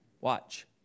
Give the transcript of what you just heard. Watch